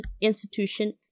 institution